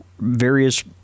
various